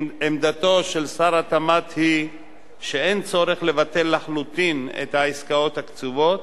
עמדתו של שר התמ"ת היא שאין צורך לבטל לחלוטין את העסקאות הקצובות